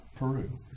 Peru